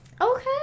Okay